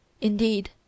Indeed